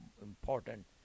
important